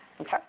Okay